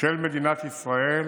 של מדינת ישראל,